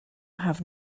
have